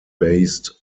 based